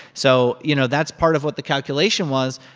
so, you know, that's part of what the calculation was.